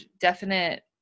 definite